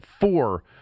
four